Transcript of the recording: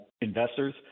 investors